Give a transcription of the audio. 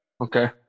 Okay